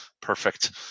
Perfect